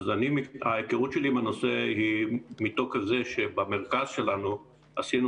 ההיכרות שלי עם הנושא היא מתוקף זה שבמרכז שלנו עשינו